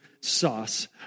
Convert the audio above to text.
sauce